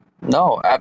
No